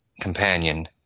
companion